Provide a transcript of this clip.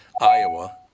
Iowa